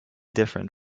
different